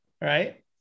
right